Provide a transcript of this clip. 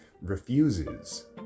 refuses